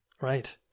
Right